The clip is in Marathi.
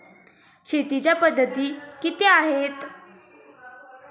शेतीच्या पद्धती किती आहेत?